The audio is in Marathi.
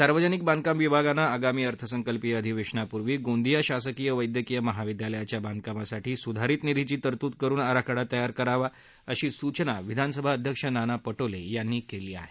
सार्वजनिक बांधकाम विभागानं आगामी अर्थसंकल्पीय अधिवेशनापूर्वी गोंदिया शासकीय वद्धकीय महाविद्यालयाच्या बांधकामासाठी सुधारीत निधीची तरतूद करुन आराखडा तयार करावा अशी सूचना विधानसभा अध्यक्ष नाना पर्पिले यांनी केली आहे